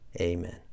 Amen